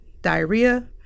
diarrhea